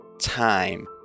time